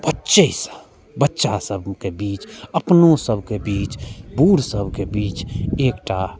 बच्चेसँ बच्चा सबके बीच अपनो सबके बीच बूढ़ सबके बीच एकटा